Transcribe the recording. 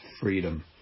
freedom